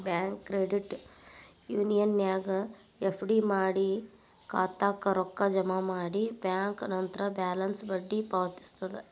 bank credit ಯೂನಿಯನ್ನ್ಯಾಗ್ FD ಮಾಡಿ ಖಾತಾಕ್ಕ ರೊಕ್ಕ ಜಮಾ ಮಾಡಿ ಬ್ಯಾಂಕ್ ನಂತ್ರ ಬ್ಯಾಲೆನ್ಸ್ಗ ಬಡ್ಡಿ ಪಾವತಿಸ್ತದ